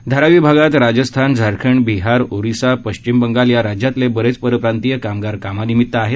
धारावी भागात राजस्थान झारखंड बिहार ओरिसा पश्चिम बंगाल या राज्यातील बरेच परप्रांतीय कामगार कामानिमित आहेत